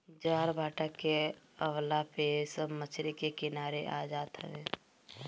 ज्वारभाटा के अवला पे सब मछरी के किनारे आ जात हवे